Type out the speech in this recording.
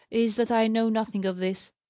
is, that i know nothing of this,